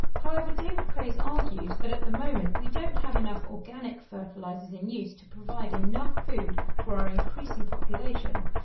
however, david craze argues that at the moment we don't have enough organic fertilisers in use to provide enough food for our increasing population,